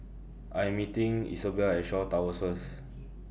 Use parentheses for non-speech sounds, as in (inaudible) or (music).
I'm meeting Isobel At Shaw Towers First (noise)